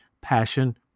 passion